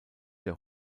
der